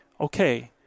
okay